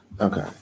Okay